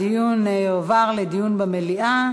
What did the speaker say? הנושא יועבר לדיון במליאה.